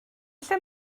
lle